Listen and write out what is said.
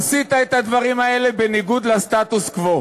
עשית את הדברים האלה בניגוד לסטטוס-קוו,